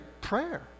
prayer